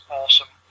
awesome